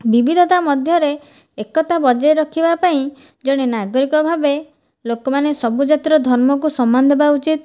ବିବିଧତା ମଧ୍ୟରେ ଏକତା ବଜାଇ ରଖିବା ପାଇଁ ଜଣେ ନାଗରିକ ଭାବେ ଲୋକମାନେ ସବୁ ଜାତିର ଧର୍ମକୁ ସମ୍ମାନ ଦେବା ଉଚିତ